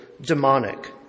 demonic